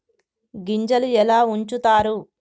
గింజలు ఎలా ఉంచుతారు?